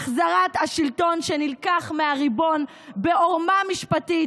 החזרת השלטון שנלקח מהריבון בעורמה משפטית